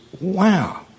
wow